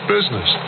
Business